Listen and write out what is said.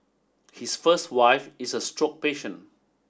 his first wife is a stroke patient